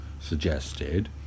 suggested